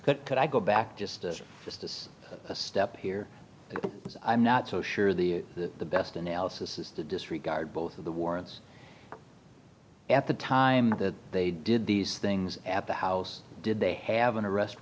nd could i go back just as just as a step here is i'm not so sure the the best analysis is to disregard both of the warrants at the time that they did these things at the house did they have an arrest